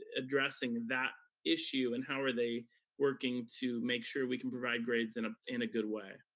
addressing that issue and how are they working to make sure we can provide grades in ah and good way?